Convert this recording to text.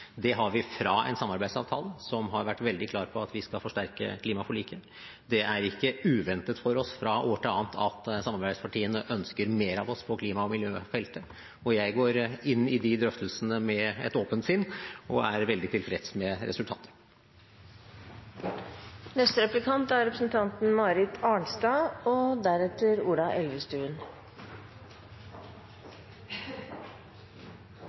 Det har vi fra en samarbeidsavtale som har vært veldig klar på at vi skal forsterke klimaforliket. Det er ikke uventet for oss fra år til annet at samarbeidspartiene ønsker mer av oss på klima- og miljøfeltet, og jeg går inn i de drøftelsene med et åpent sinn og er veldig tilfreds med